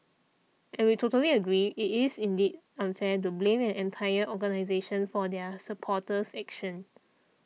and we totally agree it is indeed unfair to blame an entire organisation for their supporters actions